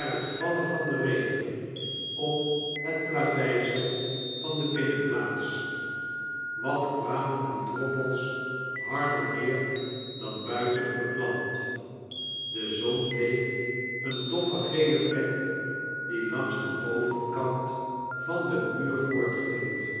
vallen va n den regen op het plaveisel van de binnenplaats wat kwamen die droppels harder neer dan buiten op het land de zon leek een doffe gele vlek die langs den bovenkant van den